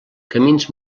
camins